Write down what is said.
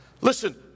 listen